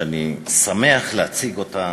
שאני שמח להציג אותה